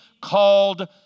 called